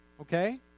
Okay